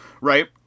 right